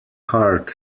heart